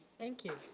thank you.